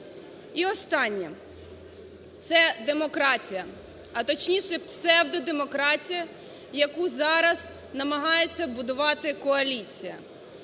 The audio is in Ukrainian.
І останнє. Це демократія. А точніше, псевдодемократія, яку зараз намагається будувати коаліція.